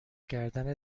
کردن